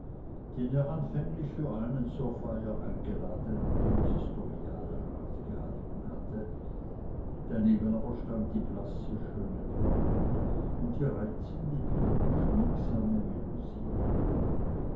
den er anfänglich für einen zur feier eingeladenen konsistorialrat gehalten hatte daneben aber stand die blasse schöne braut und die reizende bieg und